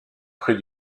prêt